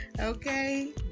Okay